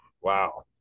Wow